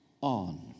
on